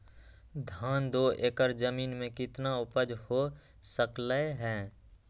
धान दो एकर जमीन में कितना उपज हो सकलेय ह?